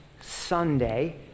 sunday